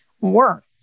work